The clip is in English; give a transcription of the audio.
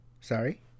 Sorry